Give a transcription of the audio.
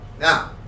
Now